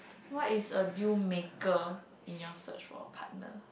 what is a deal maker in your search for a partner